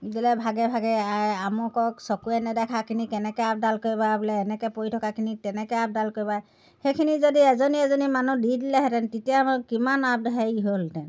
দিলে ভাগে ভাগে এই অমুকক চকুৰে নেদেখাখিনিক কেনেকৈ আপডাল কৰিবা বোলে এনেকৈ পৰি থকাখিনি তেনেকৈ আপডাল কৰিবা সেইখিনি যদি এজনী এজনী মানুহ দি দিলেহেঁতেন তেতিয়া কিমান আপডাল হেৰি হ'লহেঁতেন